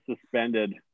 suspended